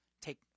take